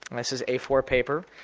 this is a four paper,